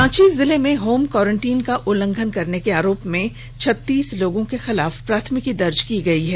रांची जिले में home quarantine का उल्लंघन करने के आरोप में छत्तीस लोगों के खिलाफ प्राथमिकी दर्ज की गई है